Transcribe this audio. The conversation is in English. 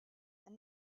and